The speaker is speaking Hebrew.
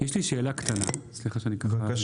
יש לי שאלה קטנה; סליחה שאני מתפרץ.